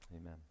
amen